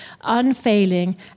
unfailing